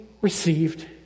received